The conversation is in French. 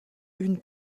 une